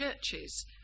churches